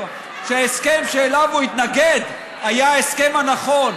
שההסכם שאליו הוא התנגד היה ההסכם הנכון,